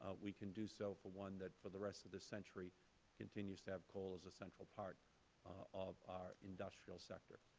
we can do so for one that for the rest of the century continues to have coal as a central part of our industrial sector.